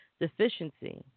deficiency